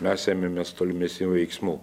mes ėmėmės tolimesnių veiksmų